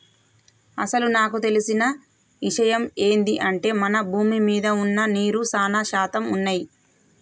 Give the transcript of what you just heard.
అసలు నాకు తెలిసిన ఇషయమ్ ఏంది అంటే మన భూమి మీద వున్న నీరు సానా శాతం వున్నయ్యి